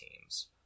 teams